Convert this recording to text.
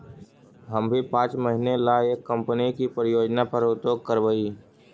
हम भी पाँच महीने ला एक कंपनी की परियोजना पर उद्योग करवई